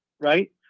Right